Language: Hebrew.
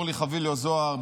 אורלי חביליו-זוהר,